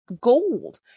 gold